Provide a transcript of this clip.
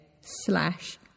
slash